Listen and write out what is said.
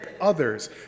others